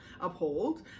uphold